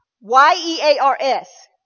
Y-E-A-R-S